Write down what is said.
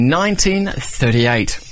1938